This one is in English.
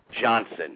Johnson